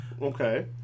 Okay